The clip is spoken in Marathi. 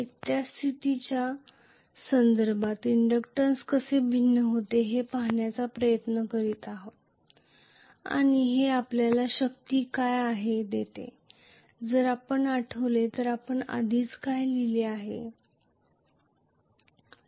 एकट्या स्थितीच्या संदर्भात इंडक्टन्स कसे भिन्न होते हे पाहण्याचा प्रयत्न करीत आहेत आणि हे आपल्याला शक्ती काय आहे देते ते जर आपण आठवले तर आपण आधी काय केले असेल